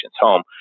home